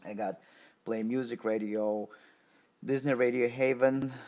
and got play music, radio disney, radio haven,